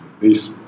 peace